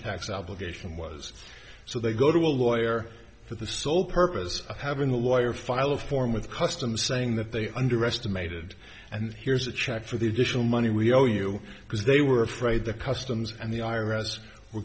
tax obligation was so they go to a lawyer for the sole purpose of having a lawyer file a form with customs saying that they underestimated and here's a check for the additional money we owe you because they were afraid the customs and the i r s were